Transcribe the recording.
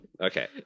Okay